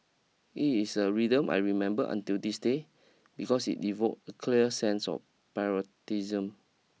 it's a rhythm I remember until this day because it evoked a clear sense of patriotism